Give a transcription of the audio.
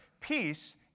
peace